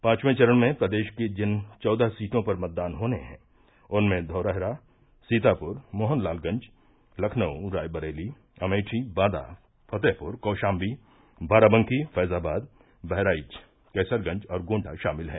पांचवें चरण में प्रदेश की जिन चौदह सीटों पर मतदान होने हैं उनमें धौरहरा सीतापुर मोहनलालगंज लखनऊ रायबरेली अमेठी बांदा फतेहपुर कौशाम्बी बाराबंकी फैजाबाद बहराइच कैसरगंज और गोण्डा शामिल हैं